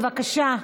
בבקשה.